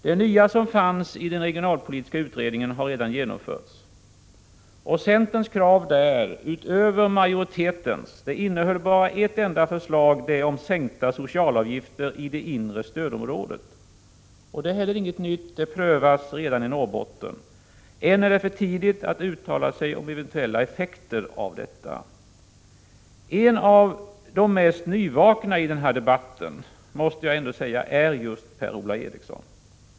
Det nya som fanns i den regionalpolitiska utredningen har redan genomförts, och centerns krav där, utöver majoritetens, innehöll bara ett enda förslag — förslaget om sänkta socialavgifter i det inre stödområdet. Det är heller inget nytt. Det prövas redan i Norrbotten. Än är det för tidigt att uttala sig om eventuella effekter av detta. En av de mest nyväckta i den här debatten måste jag ändå säga är just Per-Ola Eriksson.